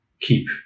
keep